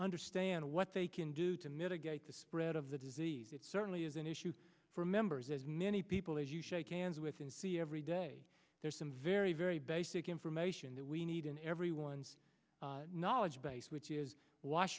understand what they can do to mitigate the spread of the disease it certainly is an issue for members as many people as you shake hands with and see every day there's some very very basic information that we need in everyone's knowledge base which is wash